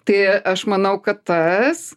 tai aš manau kad tas